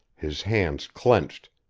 his hands clenched,